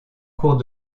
cours